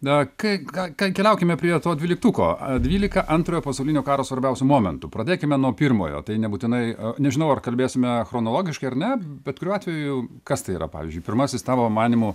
na kai ka keliaukime prie to dvyliktuko e dvylika antrojo pasaulinio karo svarbiausių momentų pradėkime nuo pirmojo tai nebūtinai nežinau ar kalbėsime chronologiškai ar ne bet kuriuo atveju kas tai yra pavyzdžiui pirmasis tavo manymu